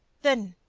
then.